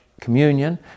communion